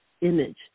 image